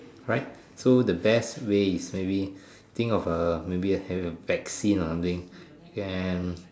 right so the best way is maybe think of a having a vaccine or something